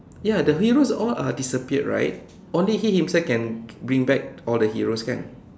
ya the heroes all are disappeared right only he himself can bring back all the heroes kan